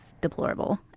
deplorable